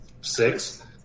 six